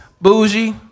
bougie